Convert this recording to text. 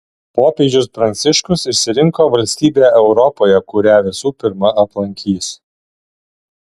popiežius pranciškus išsirinko valstybę europoje kurią visų pirma aplankys